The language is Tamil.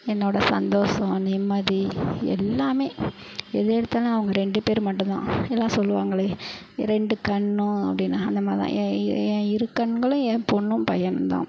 என்னோடய சந்தோஷம் நிம்மதி எல்லாமே எது எடுத்தாலும் அவங்க ரெண்டு பேர் மட்டும்தான் எல்லாம் சொல்லுவாங்களே ரெண்டு கண்ணும் அப்படின்னு அந்த மாதிரி தான் என் என் இரு கண்களும் என் பொண்ணும் பையனும்தான்